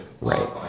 Right